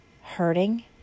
hurting